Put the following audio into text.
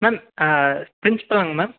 ma'am ப்ரின்ஸ்பலாங்க ma'am